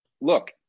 Look